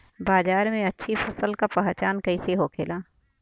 बाजार में अच्छी फसल का पहचान कैसे होखेला?